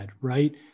right